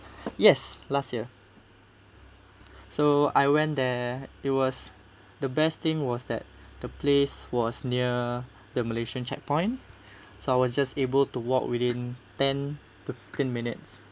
yes last year so I went there it was the best thing was that the place was near the malaysian checkpoint so I was just able to walk within ten to fifteen minutes